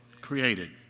created